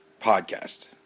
podcast